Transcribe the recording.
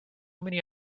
many